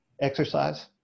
exercise